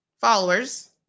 followers